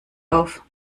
auf